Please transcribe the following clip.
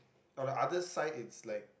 on the other side it's like